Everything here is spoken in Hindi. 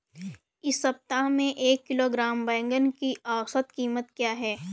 इस सप्ताह में एक किलोग्राम बैंगन की औसत क़ीमत क्या है?